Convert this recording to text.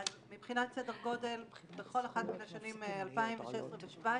מבחינת סדר גודל בכל אחת מהשנים 2016 ו-17'